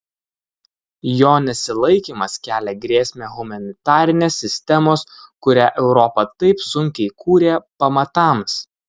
jo nesilaikymas kelia grėsmę humanitarinės sistemos kurią europa taip sunkiai kūrė pamatams